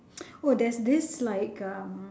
oh there's this like um